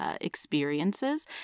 experiences